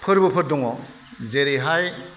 फोरबोफोर दङ जेरैहाय